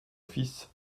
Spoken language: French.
fils